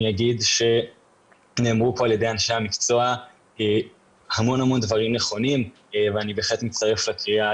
נאמרו כאן על ידי אנשי המקצוע המון דברים נכונים ואני בהחלט מצטרף לקריאה